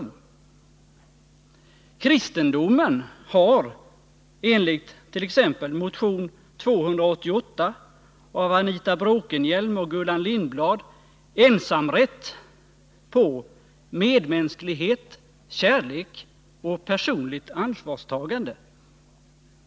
Kristendomen har enligt t.ex. motion 288 av Anita Bråkenhielm och Gullan Lindblad ensamrätt på ” medmänsklighet, kärlek och personligt ansvarstagande”.